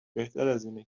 بهترازاینه